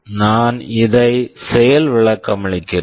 நான் இதை செயல் விளக்கமளிக்கிறேன்